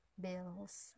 bills